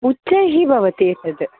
उच्चैः भवति एतत्